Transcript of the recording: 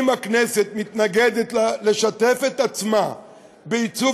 אם הכנסת מתנגדת לשתף את עצמה בעיצוב